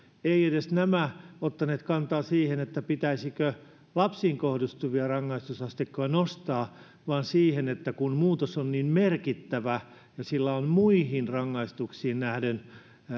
eivät nämä edes ottaneet kantaa siihen pitäisikö lapsiin kohdistuvia rangaistusasteikkoja nostaa vaan siihen että muutos on niin merkittävä ja siihen pätee muihin rangaistuksiin nähden